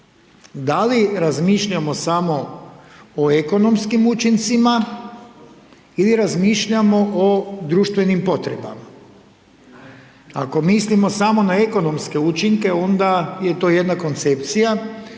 Da li razmišljamo samo o ekonomskim učincima ili razmišljamo o društvenim potrebama? Ako mislimo samo na ekonomske učinke, onda je to jedna koncepcija,